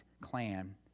clan